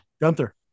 Gunther